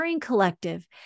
Collective